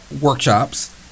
workshops